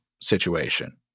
situation